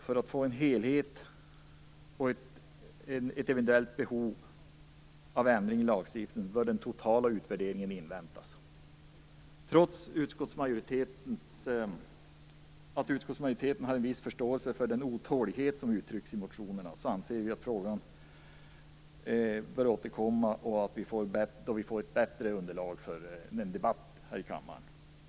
För att få en helhetsbild av ett eventuellt behov av en ändring i lagstiftningen bör den totala utvärderingen inväntas. Trots att utskottsmajoriteten hade en viss förståelse för den otålighet som uttrycks i motionerna anser vi att man bör återkomma till frågan då vi har ett bättre underlag för en debatt i kammaren.